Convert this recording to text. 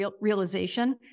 realization